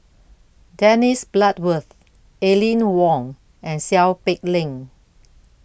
Dennis Bloodworth Aline Wong and Seow Peck Leng